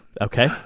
Okay